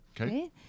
Okay